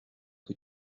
que